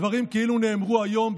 הדברים כאילו נאמרו היום,